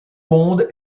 monde